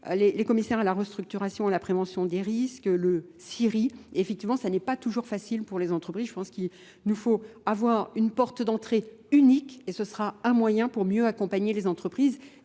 les commissaires à la restructuration et la prévention des risques, le CIRI. Effectivement, ça n'est pas toujours facile pour les entreprises. Je pense qu'il nous faut avoir une porte d'entrée unique et ce sera un moyen pour mieux accompagner les entreprises